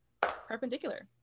perpendicular